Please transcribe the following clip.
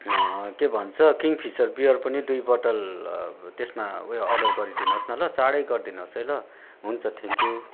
के भन्छ Kingfisher beer पनि दुई बोटल त्यसमा ऊ यो अर्डर गरि दिनुहोस् न ल चाँडै गरिदिनुहोस् है ल हुन्छ थ्याङ्कयु